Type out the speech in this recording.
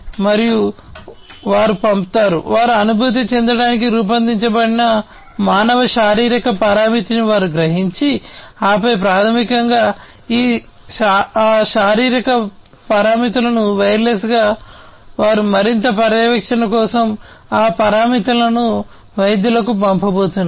మరియు వారు పంపుతారు వారు అనుభూతి చెందడానికి రూపొందించబడిన మానవ శారీరక పారామితిని వారు గ్రహించి ఆపై ప్రాథమికంగా ఆ శారీరక పారామితులను వైర్లెస్గా వారు మరింత పర్యవేక్షణ కోసం ఆ పారామితులను వైద్యులకు పంపబోతున్నారు